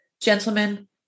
Gentlemen